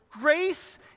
grace